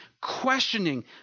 questioning